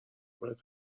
باید